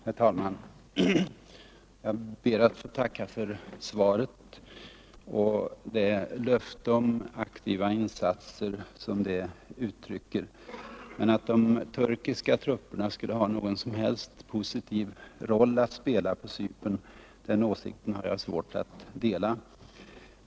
Herr talman! Jag ber att få tacka för svaret och det löfte om aktiva insatser som det uttrycker. Men åsikten att de turkiska trupperna skulle ha någon som helst positiv roll att spela på Cypern har jag svårt att dela.